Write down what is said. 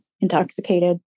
intoxicated